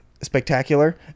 spectacular